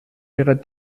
ihrer